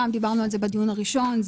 דיברנו על זה בדיון הראשון.